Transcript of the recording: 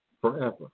forever